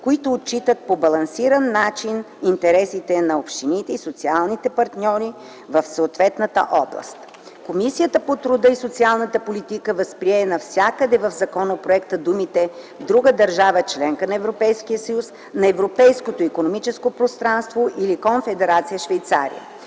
които отчитат по балансиран начин интересите на общините и социалните партньори от съответната област. Комисията по труда и социалната политика възприе навсякъде в законопроекта думите „друга държава – членка на Европейския съюз, на Европейското икономическо пространство или Конфедерация Швейцария”